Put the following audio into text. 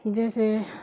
جیسے